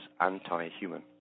anti-human